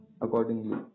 accordingly